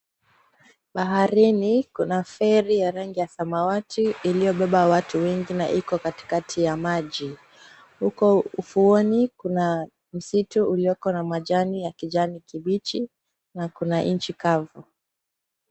Baharini kuna feri ya rangi ya samawati iliobeba watu wengi na iko katikati ya maji huko ufuonikuna msitu ulioko na majani ya kijani kibichi na kuna nchi kavu.